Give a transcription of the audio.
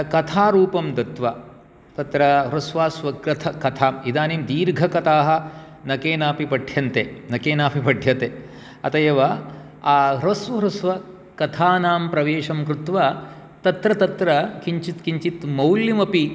कथारूपं दत्वा तत्र ह्रस्वास्व कथा इदानीं दीर्घकथाः न केनापि पठ्यन्ते न केनापि पठ्यते अतः एव ह्रस्व ह्रस्व कथानां प्रवेशं कृत्वा तत्र तत्र किञ्चित् किञ्चित् मौल्यमपि